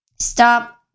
Stop